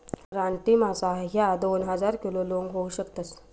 रानटी मासा ह्या दोन हजार किलो लोंग होऊ शकतस